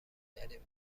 کردیم